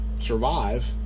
survive